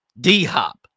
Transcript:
D-Hop